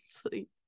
sleep